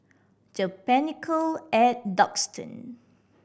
The Pinnacle at Duxton